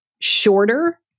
shorter